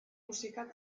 musika